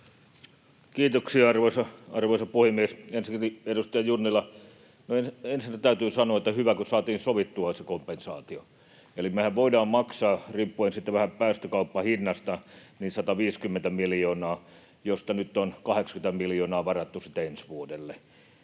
Kiitoksia, arvoisa puhemies! Ensinnäkin edustaja Junnilalle: Ensinnä täytyy sanoa, että on hyvä, kun saatiin sovittua se kompensaatio. Eli mehän voidaan maksaa, riippuen sitten vähän päästökauppahinnasta, 150 miljoonaa, josta nyt on 80 miljoonaa varattu ensi vuodelle.